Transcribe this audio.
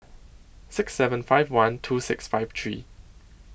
six seven five one two six five three